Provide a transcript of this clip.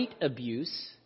abuse